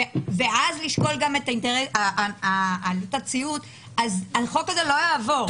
ואז לשקול גם את עלות הציות אז החוק הזה לא יעבור.